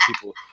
people